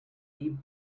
deep